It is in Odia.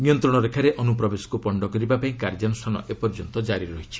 ନିୟନ୍ତ୍ରଣ ରେଖାରେ ଅନୁପ୍ରବେଶକୁ ପଣ୍ଡ କରିବାପାଇଁ କାର୍ଯ୍ୟାନୁଷ୍ଠାନ ଏପର୍ଯ୍ୟନ୍ତ କାରି ରହିଛି